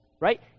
right